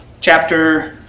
chapter